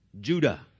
Judah